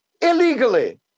illegally